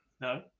No